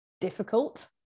Difficult